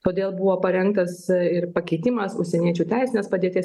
kodėl buvo parengtas ir pakeitimas užsieniečių teisinės padėties